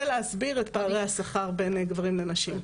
להסביר את פערי השכר בין גברים לנשים.